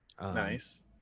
Nice